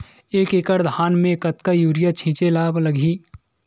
एक एकड़ धान में कतका यूरिया छिंचे ला लगही?